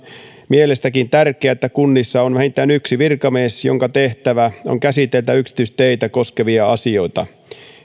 mielestä tärkeää että kunnissa on vähintään yksi virkamies jonka tehtävä on käsitellä yksityisteitä koskevia asioita